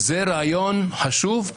זה רעיון חשוב.